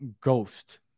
ghost